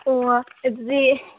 ꯑꯣ ꯑꯗꯨꯗꯤ